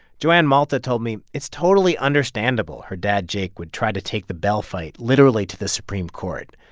joann malta told me it's totally understandable her dad, jake, would try to take the bell fight literally to the supreme court.